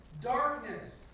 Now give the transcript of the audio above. darkness